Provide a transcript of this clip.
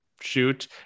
shoot